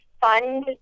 fund